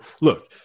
look